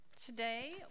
Today